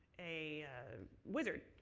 a wizard.